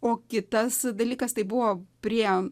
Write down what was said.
o kitas dalykas tai buvo prie